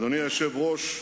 אדוני היושב-ראש,